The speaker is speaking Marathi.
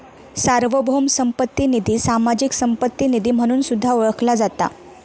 सार्वभौम संपत्ती निधी, सामाजिक संपत्ती निधी म्हणून सुद्धा ओळखला जाता